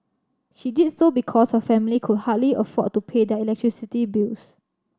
she did so because her family could hardly afford to pay their electricity bills